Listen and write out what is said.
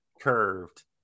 curved